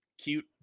cute